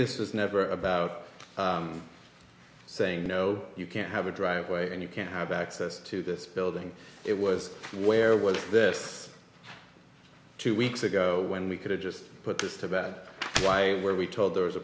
this was never about saying no you can't have a driveway and you can't have access to this building it was where was this two weeks ago when we could have just put this to about why were we told there was a